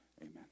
Amen